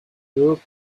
europe